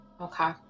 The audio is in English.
Okay